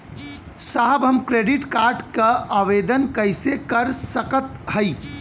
साहब हम credit card क आवेदन कइसे कर सकत हई?